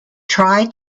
try